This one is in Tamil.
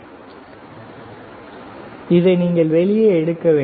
எனவே இதை நீங்கள் வெளியே எடுக்க வேண்டும்